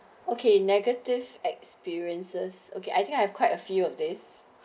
okay negative experiences okay I think I have quite a few of this